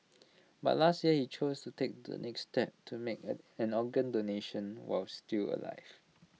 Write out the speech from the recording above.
but last year he chose take the next step to make and an organ donation while still alive